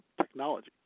Technology